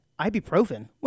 ibuprofen